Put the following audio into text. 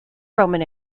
roman